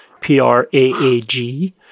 P-R-A-A-G